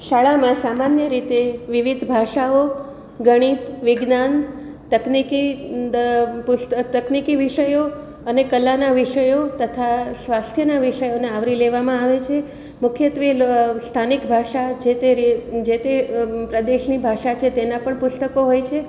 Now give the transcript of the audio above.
શાળામાં સામાન્ય રીતે વિવિધ ભાષાઓ ગણિત વિજ્ઞાન તકનિકી તકનિકી વિષયો અને કલાના વિષયો તથા સ્વાસ્થ્યના વિષયોને આવરી લેવામાં આવે છે મુખ્યત્ત્વે સ્થાનિક ભાષા જે તે જે તે પ્રદેશની ભાષા છે તેનાં પણ પુસ્તકો હોય છે